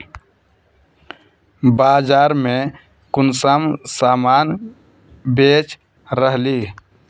बाजार में कुंसम सामान बेच रहली?